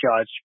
Judge